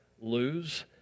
lose